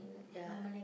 ya